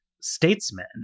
statesmen